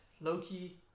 Loki